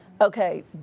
okay